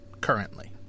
currently